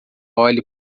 olhe